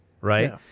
right